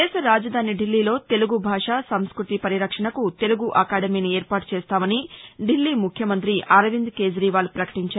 దేశ రాజధాని దిల్లీలో తెలుగు భాష సంస్మతి పరిరక్షణకు తెలుగు అకాడమీని ఏర్పాటు చేస్తామని దిల్లీ ముఖ్యమంత్రి అరవింద్ కేట్రీవాల్ పకటించారు